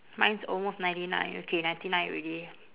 mine's almost ninety nine okay ninety nine already